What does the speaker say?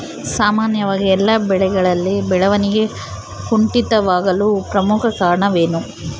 ಸಾಮಾನ್ಯವಾಗಿ ಎಲ್ಲ ಬೆಳೆಗಳಲ್ಲಿ ಬೆಳವಣಿಗೆ ಕುಂಠಿತವಾಗಲು ಪ್ರಮುಖ ಕಾರಣವೇನು?